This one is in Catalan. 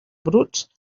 bruts